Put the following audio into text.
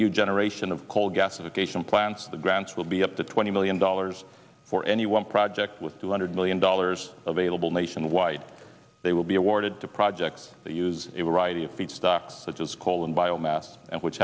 new generation of coal gasification plants the grants will be up to twenty million dollars for any one project with two hundred million dollars available nationwide they will be awarded to projects that use a variety of feedstock such as coal and biomass and which